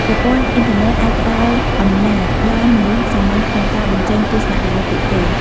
ប្រព័ន្ធអ៊ីនធឺណិតអាចផ្តល់អំណាចដល់មនុស្សសាមញ្ញក្នុងការបញ្ចេញទស្សនៈរបស់ពួកគេ។